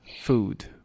food